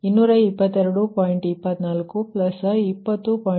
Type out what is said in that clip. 2420